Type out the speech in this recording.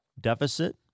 deficit